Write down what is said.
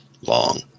long